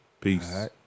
peace